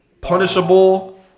punishable